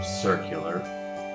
Circular